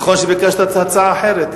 נכון שביקשת הצעה אחרת?